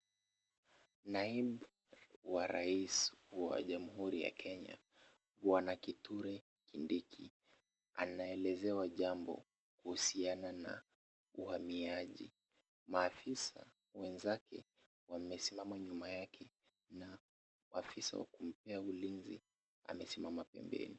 Naibu wa rais wa jamuhuri ya Kenya Bwana Kithure Kindiki, anaelezewa jambo kuhusiana na uhamiaji. Maafisa wenzake wamesimama nyuma yake na afisa wa kumpea ulinzi amesimama pembeni.